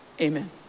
Amen